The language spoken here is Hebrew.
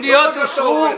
הפניות אושרו.